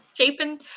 Chapin